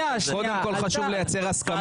קודם כול, חשוב לייצר הסכמה.